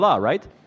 right